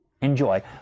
enjoy